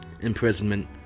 imprisonment